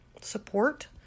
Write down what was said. support